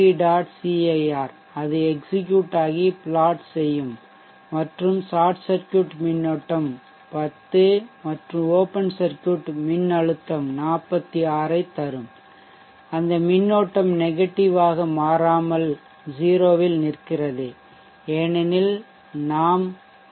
CIR அது excecute ஆகி plot செய்யும் மற்றும் ஷார்ட் சர்க்யூட் மின்னோட்டம் 10 மற்றும் ஓப்பன் சர்க்யூட் மின்னழுத்தம் 46 ஐ தரும் அந்த மின்னோட்டம் நெகட்டிவ் ஆக மாறாமல் 0 இல் நிற்கிறது ஏனெனில் நாம் ஐ